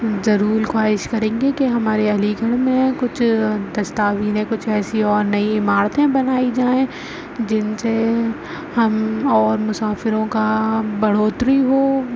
ضرور خواہش کریں گے کہ ہمارے علی گڑھ میں کچھ کچھ ایسی اور نئی عمارتیں بنائی جائیں جن سے ہم اور مسافروں کا بڑھوتری ہو